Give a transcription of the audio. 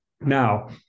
Now